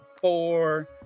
four